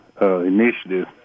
initiative